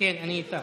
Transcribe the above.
כן, אני איתך.